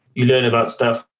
you learn about stuff.